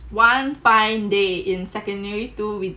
one fine day in secondary two